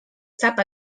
sap